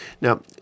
Now